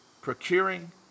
procuring